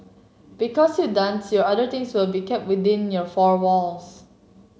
because your dance your other things will be kept within your four walls